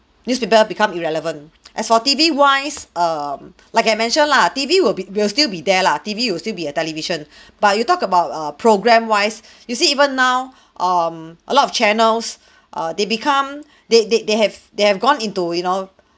newspaper become irrelevant as for T_V wise um like I mentioned lah T_V will be will still be there lah T_V will still be a television but you talk about err program wise you see even now um a lot of channels err they become they they they have they have gone into you know